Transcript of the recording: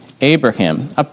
Abraham